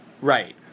Right